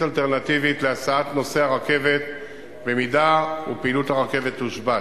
אלטרנטיבית להסעת נוסעי הרכבת אם פעילות הרכבת תושבת.